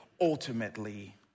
ultimately